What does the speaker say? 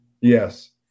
Yes